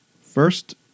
First